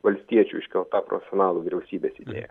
valstiečių iškelta profesionalų vyriausybės idėja ne